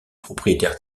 propriétaires